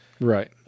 Right